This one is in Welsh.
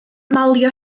malio